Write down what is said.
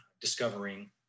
discovering